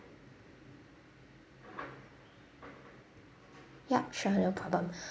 yup sure no problem